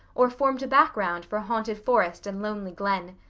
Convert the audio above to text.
or formed a background for haunted forest and lonely glen.